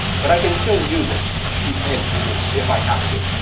but i can still use it to my advantage if i have to.